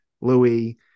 Louis